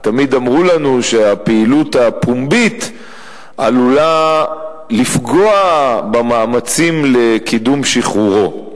ותמיד אמרו לנו שהפעילות הפומבית עלולה לפגוע במאמצים לקידום שחרורו.